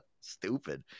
stupid